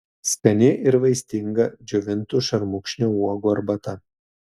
skani ir vaistinga džiovintų šermukšnio uogų arbata